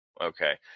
Okay